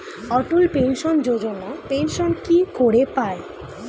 অটল pension Yojana pension কি করে পায়?